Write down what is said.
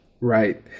Right